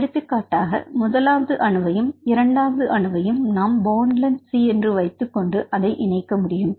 எடுத்துக்காட்டாக முதலாவது அணுவையும் 2 வது அணுவையும் நாம் பான்ட் லென்த் C என்று வைத்துக் கொண்டு அதை இணைக்க முடியும்